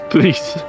Please